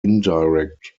indirect